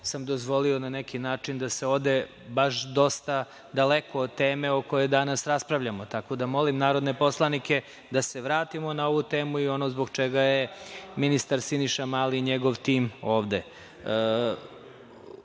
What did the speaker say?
sam dozvolio na neki način da se ode baš dosta daleko od teme o kojoj danas raspravljamo. Tako da, molim narodne poslanike da se vratimo na ovu temu i ono zbog čega je ministar Siniša Mali i njegov tim ovde. Reč